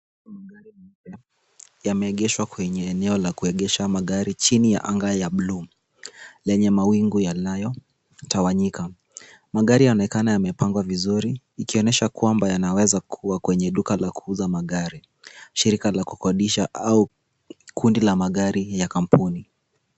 Magari mapya yameegeshwa kwenye eneo la kuegesha magari chini ya anga ya buluu, lenye mawingu yanayotawanyika. Magari yaonekana yamepangwa vizuri, ikionyesha kwamba yanaweza kuwa kwenye la kuuza magari, shirika la kukodisha au kundi la magari ya kampuni.